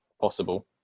possible